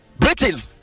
Britain